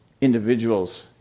individuals